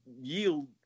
yield